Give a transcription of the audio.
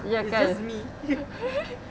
iya ke